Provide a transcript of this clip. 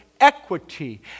equity